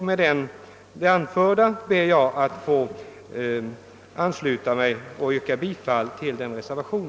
Med det anförda ber jag att få yrka bifall till denna reservation.